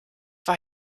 war